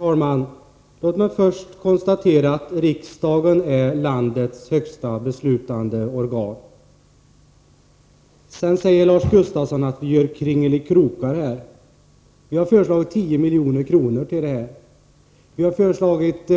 Herr talman! Låt mig först konstatera att riksdagen är landets högsta beslutande organ. Lars Gustafsson säger att vi gör kringelkrokar. Vi har föreslagit 10 milj.kr. till humanistisk och samhällsvetenskaplig forskning. Vi har föreslagit